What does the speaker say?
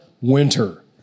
Winter